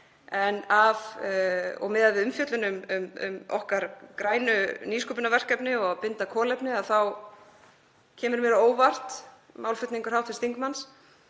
skal. Miðað við umfjöllun um okkar grænu nýsköpunarverkefni og að binda kolefni þá kemur mér á óvart málflutningur hv. þingmanns,